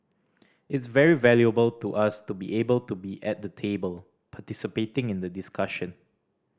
it's very valuable to us to be able to be at the table participating in the discussion